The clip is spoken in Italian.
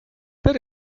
per